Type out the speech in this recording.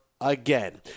again